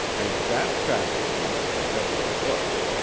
and that faculty, whatever it was,